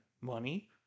money